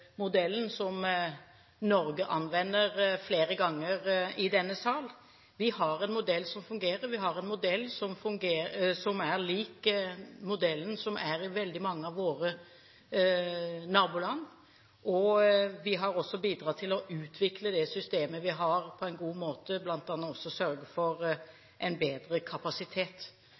som Norge anvender, flere ganger i denne sal. Vi har en modell som fungerer. Vi har en modell som er lik modellen i veldig mange av våre naboland. Vi har også bidratt til å utvikle det systemet vi har på en god måte, bl.a. ved å sørge for en bedre kapasitet.